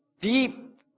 deep